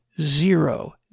zero